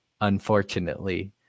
Unfortunately